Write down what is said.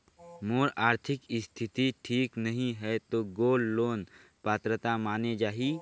मोर आरथिक स्थिति ठीक नहीं है तो गोल्ड लोन पात्रता माने जाहि?